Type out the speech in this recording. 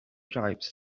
tribes